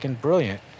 brilliant